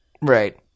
Right